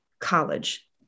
College